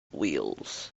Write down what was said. wheels